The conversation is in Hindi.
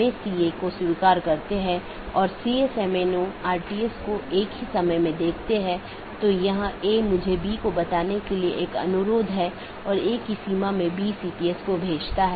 यह प्रत्येक सहकर्मी BGP EBGP साथियों में उपलब्ध होना चाहिए कि ये EBGP सहकर्मी आमतौर पर एक सीधे जुड़े हुए नेटवर्क को साझा करते हैं